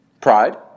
Pride